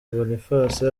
boniface